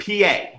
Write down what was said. PA